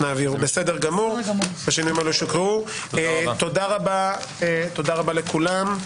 בסדר גמור, תודה רבה לכולם,